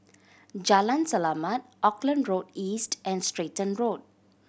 Jalan Selamat Auckland Road East and Stratton Road